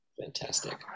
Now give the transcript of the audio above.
Fantastic